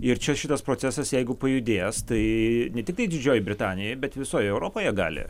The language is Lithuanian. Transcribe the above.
ir čia šitas procesas jeigu pajudės tai ne tiktai didžiojoj britanijoj bet visoje europoje gali